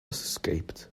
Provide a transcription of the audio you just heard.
escaped